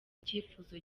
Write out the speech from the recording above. icyifuzo